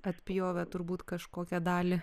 atpjovė turbūt kažkokią dalį